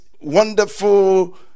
wonderful